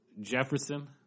Jefferson